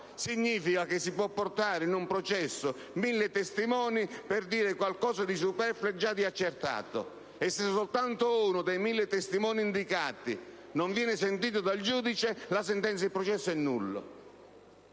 significa che si possono portare in un processo mille testimoni per dire qualcosa di superfluo e di già accertato e che, se soltanto uno dei mille testimoni indicati non viene sentito dal giudice, il processo è nullo.